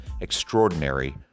extraordinary